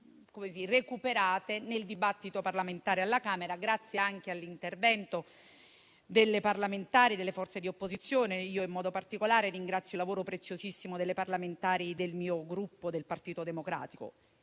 recuperate nel dibattito parlamentare alla Camera, grazie anche all'intervento delle parlamentari delle forze di opposizione. In modo particolare ringrazio il lavoro preziosissimo delle parlamentari del mio Gruppo, del Partito Democratico.